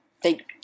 Thank